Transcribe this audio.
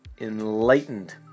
enlightened